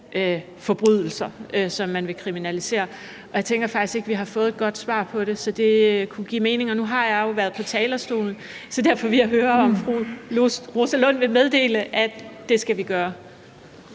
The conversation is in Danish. forbrydelser, som man vil kriminalisere. Og jeg tænker faktisk ikke, at vi har fået et godt svar på det, så det kunne give mening. Nu har jeg jo været på talerstolen, så derfor vil jeg høre, om fru Rosa Lund vil meddele, at det skal vi gøre.